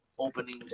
opening